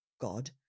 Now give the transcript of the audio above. God